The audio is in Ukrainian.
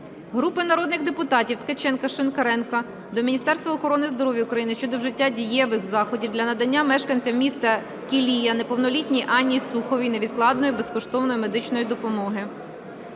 Групи народних депутатів (Ткаченка, Шинкаренка) до Міністерства охорони здоров'я України щодо вжиття дієвих заходів для надання мешканці міста Кілія неповнолітній Анні Суховій невідкладної безкоштовної медичної допомоги.